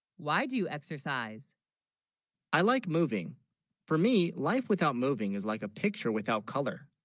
why, do you, exercise i like moving for me life without moving is like a picture without color